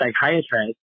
psychiatrist